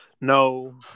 No